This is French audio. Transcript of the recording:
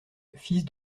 fils